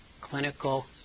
clinical